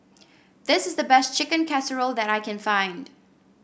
this is the best Chicken Casserole that I can find